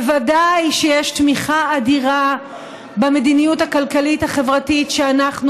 ודאי שיש תמיכה אדירה במדיניות הכלכלית-החברתית שאנחנו